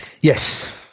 Yes